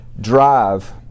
drive